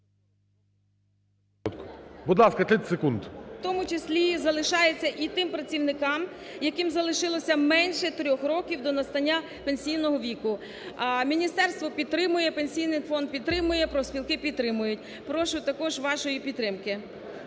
У тому числі залишається і тим працівникам, яким залишилося менше трьох років до настання пенсійного віку. Міністерство підтримує, Пенсійний фонд підтримує, профспілки підтримують. Прошу також вашої підтримки.